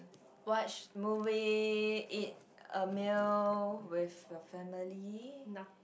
watch movie eat a meal with your family